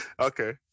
Okay